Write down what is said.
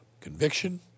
conviction